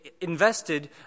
invested